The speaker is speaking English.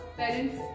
parents